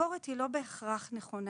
הביקורת הזו היא לא בהכרח נכונה,